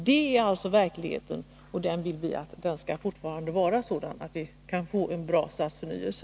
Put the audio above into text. Det är verkligheten, och vi vill att den fortfarande skall vara sådan att vi kan få en bra stadsförnyelöe.